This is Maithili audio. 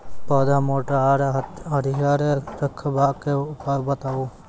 पौधा मोट आर हरियर रखबाक उपाय बताऊ?